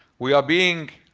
we are being